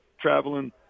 traveling